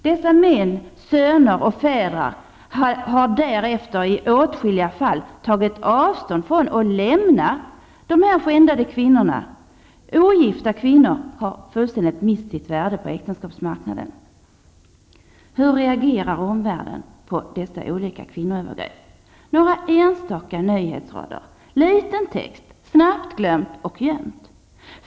Dessa män, söner och fäder har därefter i åtskilliga fall tagit avstånd från och lämnat de skändade kvinnorna. Ogifta kvinnor har fullständigt mist sitt värde på äktenskapsmarknaden. Hur reagerar omvärlden på olika kvinnoövergrepp? Några enstaka nyhetsrader, liten text, snabbt glömt och gömt.